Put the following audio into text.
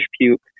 puke